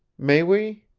may we?